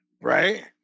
Right